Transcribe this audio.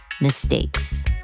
mistakes